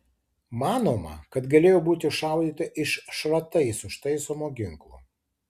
manoma kad galėjo būti šaudyta iš šratais užtaisomo ginklo